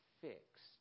fixed